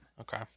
Okay